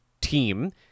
team